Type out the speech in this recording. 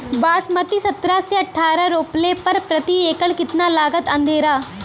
बासमती सत्रह से अठारह रोपले पर प्रति एकड़ कितना लागत अंधेरा?